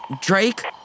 Drake